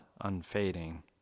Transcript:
unfading